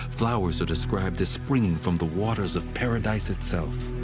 flowers are described as springing from the waters of paradise itself.